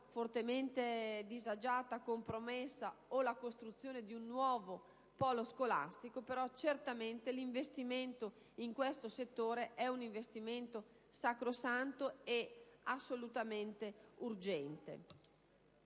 fortemente disagiata e compromessa, o la costruzione di un nuovo polo scolastico; sicuramente l'investimento in questo settore è sacrosanto e assolutamente urgente.